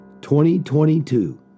2022